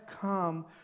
come